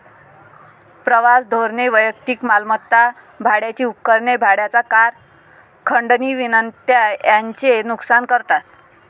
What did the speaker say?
प्रवास धोरणे वैयक्तिक मालमत्ता, भाड्याची उपकरणे, भाड्याच्या कार, खंडणी विनंत्या यांचे नुकसान करतात